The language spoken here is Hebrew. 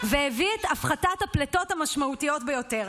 והביא את הפחתת הפליטות המשמעותית ביותר.